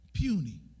Puny